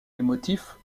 motifs